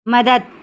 मदद